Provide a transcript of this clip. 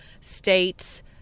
state